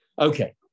Okay